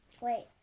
Wait